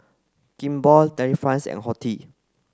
Kimball Delifrance and Horti